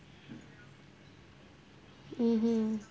mmhmm